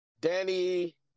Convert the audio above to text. Danny